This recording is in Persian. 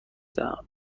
دهم